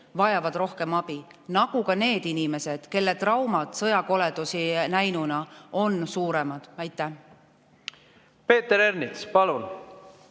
vajavad rohkem abi, nagu ka need inimesed, kelle traumad sõjakoledusi näinuna on suuremad. Aitäh! Ma keskendun